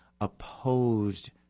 opposed